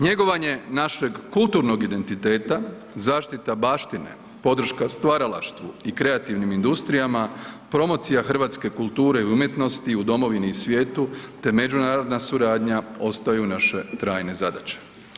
Njegovanje našeg kulturnog identiteta, zaštita baštine, podrška stvaralaštvu i kreativnim industrijama, promocija hrvatske kulture i umjetnosti u domovini i svijetu te međunarodna suradnja ostaju naše trajne zadaće.